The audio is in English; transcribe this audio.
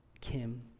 Kim